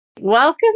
Welcome